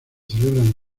celebran